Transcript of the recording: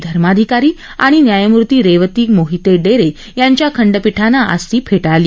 धर्माधिकारी आणि न्यायमूर्ती रेवती मोहिते डेरे यांच्या खंडपीठानं आज ती फेटाळली